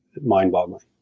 mind-boggling